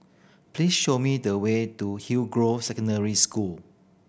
please show me the way to Hillgrove Secondary School